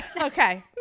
okay